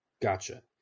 Gotcha